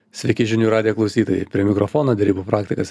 sveiki žinių radijo klausytojai prie mikrofono derybų praktikas